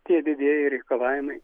tie didieji reikalavimai